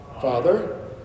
father